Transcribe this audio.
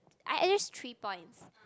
I at least three points